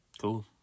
cool